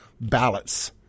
ballots